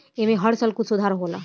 ऐमे हर साल कुछ सुधार होला